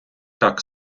так